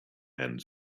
and